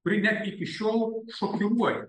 kuri net iki šiol šokiruoja